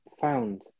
found